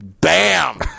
Bam